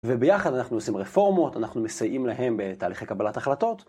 וביחד אנחנו עושים רפורמות, אנחנו מסייעים להן בתהליכי קבלת החלטות.